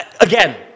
again